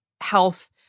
health